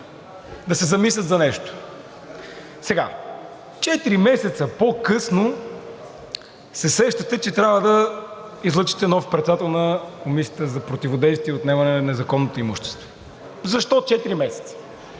да се замислят за нещо. Сега, четири месеца по-късно, се сещате, че трябва да излъчите нов председател на Комисията за противодействие и отнемане на незаконното имущество. Защо четири месеца?